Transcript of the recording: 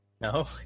no